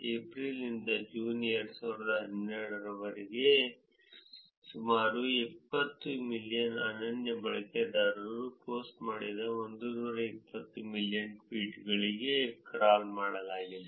April ನಿಂದ June 2012 ರವರೆಗೆ ಸುಮಾರು 20 ಮಿಲಿಯನ್ ಅನನ್ಯ ಬಳಕೆದಾರರು ಪೋಸ್ಟ್ ಮಾಡಿದ 120 ಮಿಲಿಯನ್ ಟ್ವೀಟ್ಗಳಿಗೆ ಕ್ರಾಲ್ ಮಾಡಲಾಗಿದೆ